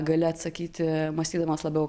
gali atsakyti mąstydamas labiau